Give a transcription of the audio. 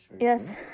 Yes